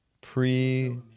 pre